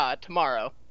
tomorrow